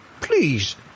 Please